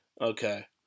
Okay